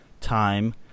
time